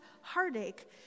heartache